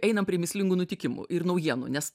einam prie mįslingų nutikimų ir naujienų nes